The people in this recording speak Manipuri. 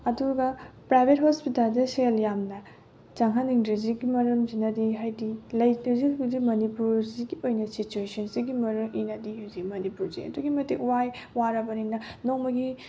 ꯑꯗꯨꯒ ꯄ꯭ꯔꯥꯏꯕꯦꯠ ꯍꯣꯁꯄꯤꯇꯥꯜꯗ ꯁꯦꯜ ꯌꯥꯝꯅ ꯆꯪꯍꯟꯅꯤꯡꯗ꯭ꯔꯤꯁꯤꯒꯤ ꯃꯔꯝꯁꯤꯅꯗꯤ ꯍꯥꯏꯗꯤ ꯂꯩꯇ꯭ꯔꯤꯁꯤ ꯍꯧꯖꯤꯛ ꯃꯅꯤꯄꯨꯔꯁꯤꯒꯤ ꯑꯣꯏꯅ ꯁꯤꯆꯨꯋꯦꯁꯟꯁꯤꯒꯤ ꯃꯔꯨꯑꯣꯏꯅꯗꯤ ꯍꯧꯖꯤꯛ ꯃꯅꯤꯄꯨꯔꯁꯦ ꯑꯗꯨꯛꯀꯤ ꯃꯇꯤꯛ ꯋꯥꯏ ꯋꯥꯔꯕꯅꯤꯅ ꯅꯣꯡꯃꯒꯤ